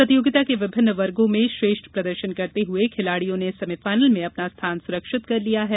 प्रतियोगिता के विभिन्न वर्गो में श्रेष्ठ प्रदर्शन करते हुए खिलाड़ियों ने सेमीफाइनल में अपना स्थान सुरक्षित कर लिया है